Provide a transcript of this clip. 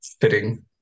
fitting